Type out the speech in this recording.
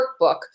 workbook